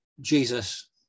Jesus